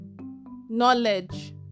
knowledge